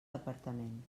departament